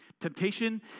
Temptation